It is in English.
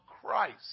Christ